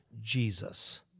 Jesus